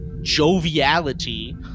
joviality